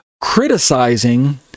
criticizing